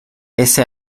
ese